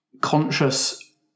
conscious